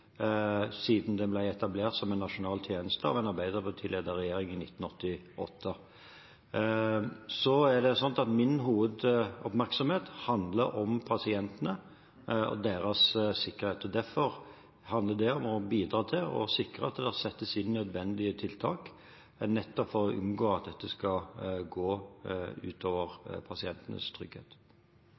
siden det ble etablert som en nasjonal tjeneste av en arbeiderpartiledet regjering i 1988. Min hovedoppmerksomhet handler om pasientene og deres sikkerhet, og derfor handler det om å bidra til og sikre at det settes inn nødvendige tiltak, nettopp for å unngå at dette skal gå ut over pasientenes trygghet.